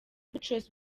boutros